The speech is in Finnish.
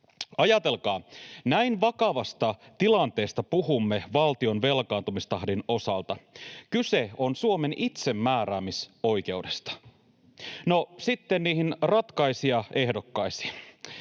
Ajatelkaa, näin vakavasta tilanteesta puhumme valtion velkaantumistahdin osalta. Kyse on Suomen itsemääräämisoikeudesta. No sitten niihin ratkaisijaehdokkaisiin.